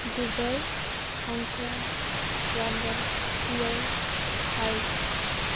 Dubai Hong Kong London Seoul Paris